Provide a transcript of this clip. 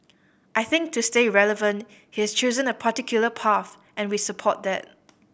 I think to stay relevant he's chosen a particular path and we support that